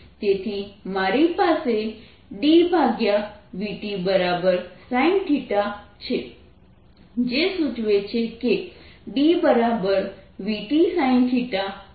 તેથી મારી પાસે dvtsin θ છે જે સૂચવે છે કે dvt sin છે